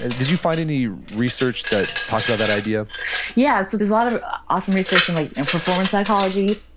and did you find any research that talks about that idea? yeah. so there's a lot of awesome research in like in performance psychology.